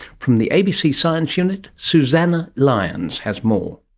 from the abc science unit, suzannah lyons has more.